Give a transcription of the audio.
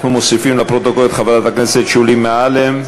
אנחנו מוסיפים לפרוטוקול את חברת הכנסת שולי מועלם.